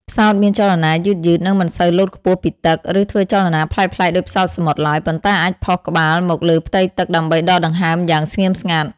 ផ្សោតមានចលនាយឺតៗ និងមិនសូវលោតខ្ពស់ពីទឹក ឬធ្វើចលនាប្លែកៗដូចផ្សោតសមុទ្រឡើយ ប៉ុន្តែអាចផុសក្បាលមកលើផ្ទៃទឹកដើម្បីដកដង្ហើមយ៉ាងស្ងៀមស្ងាត់។